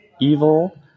evil